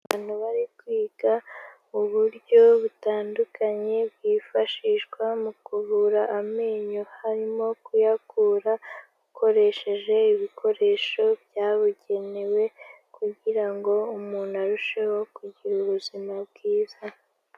Abantu bari kwiga uburyo butandukanye bwifashishwa mu kuvura amenyo harimo kuyakura ukoresheje ibikoresho byabugenewe kugira ngo umuntu arusheho kugira ubuzima bwiza.